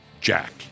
Jack